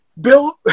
Bill